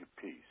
peace